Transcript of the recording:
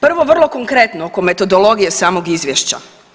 Prvo, vrlo konkretno oko metodologije samog izvješća.